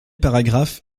paragraphe